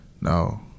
No